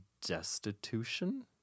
destitution